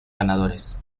ganadores